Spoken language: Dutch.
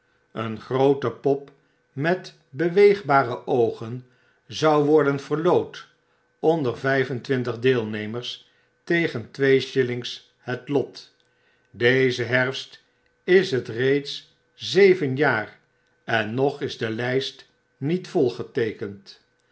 een groote pop met beweegbare oogen zou worden verloot onder vyf en twintig deelnemers tegen twee shillings het lot dezen herfst is het reeds zeven jaar en nog is de lyst nietvolgeteekend